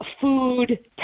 food